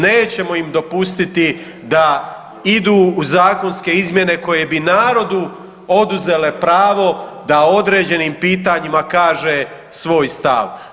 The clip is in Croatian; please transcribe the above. Nećemo im dopustiti da idu u zakonske izmjene koje bi narodu oduzelo pravo da o određenim pitanjima kaže svoj stav.